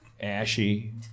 ashy